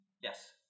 Yes